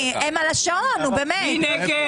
מי נמנע?